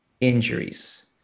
injuries